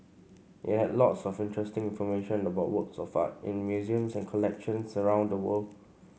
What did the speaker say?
it had lots of interesting information about works of art in museums and collections around the world